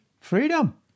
Freedom